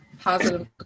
positive